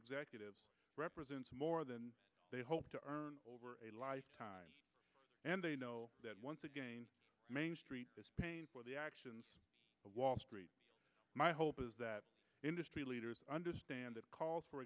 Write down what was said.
executives represents more than they hope to earn over a lifetime and they know that once again main street is paying for the actions of wall street my hope is that industry leaders understand that calls for